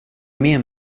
med